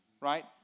Right